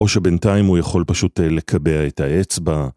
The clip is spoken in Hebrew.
‫או שבינתיים הוא יכול פשוט ‫לקבע את האצבע.